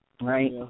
Right